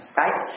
right